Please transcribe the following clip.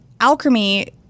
Alchemy